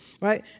right